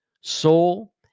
soul